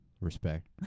Respect